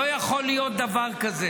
לא יכול להיות דבר כזה.